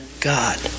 God